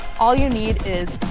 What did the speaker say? all you need is